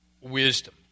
wisdom